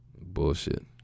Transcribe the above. Bullshit